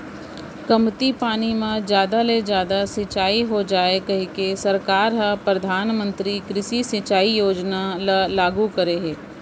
कमती पानी म जादा ले जादा सिंचई हो जाए कहिके सरकार ह परधानमंतरी कृषि सिंचई योजना ल लागू करे हे